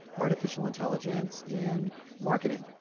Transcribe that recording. artificial intelligence in marketing.